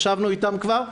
אנחנו ישבנו איתן כבר,